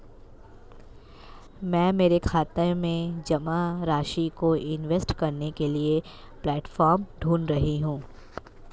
मैं मेरे खाते में जमा राशि को इन्वेस्ट करने के लिए प्लेटफॉर्म ढूंढ रही हूँ